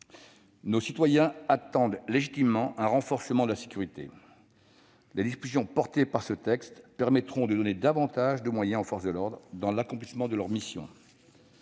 Nos concitoyens attendent légitimement un renforcement de la sécurité. Les dispositions figurant dans ce texte permettront de donner davantage de moyens aux forces de l'ordre dans l'accomplissement de leur mission.